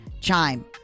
Chime